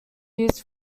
used